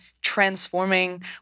transforming